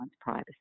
privacy